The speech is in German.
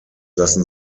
lassen